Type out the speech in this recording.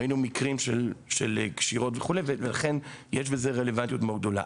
ראינו מקרים של קשירות וכדומה ולכן יש לזה רלוונטיות מאוד גדולה.